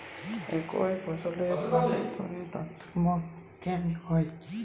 একই ফসলের বাজারদরে তারতম্য কেন হয়?